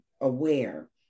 aware